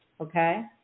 Okay